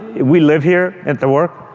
we live here at the work,